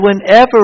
whenever